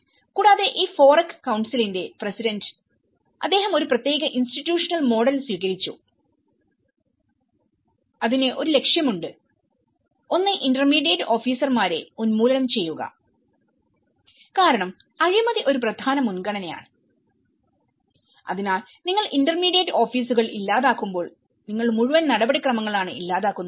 കൂടാതെ ഈ FOREC കൌൺസിലിന്റെ പ്രസിഡന്റ് അദ്ദേഹം ഒരു പ്രത്യേക ഇൻസ്റ്റിറ്റൂഷണൽ മോഡൽ സ്വീകരിച്ചു അതിന് ഒരു ലക്ഷ്യമുണ്ട് ഒന്ന് ഇന്റർമീഡിയറ്റ് ഓഫീസർമാരെ ഉന്മൂലനം ചെയ്യുക കാരണം അഴിമതി ഒരു പ്രധാന മുൻഗണനയാണ് അതിനാൽ നിങ്ങൾ ഇന്റർമീഡിയറ്റ് ഓഫീസുകൾ ഇല്ലാതാക്കുമ്പോൾ നിങ്ങൾ മുഴുവൻ നടപടിക്രമങ്ങളുമാണ് ഇല്ലാതാക്കുന്നത്